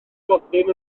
blodyn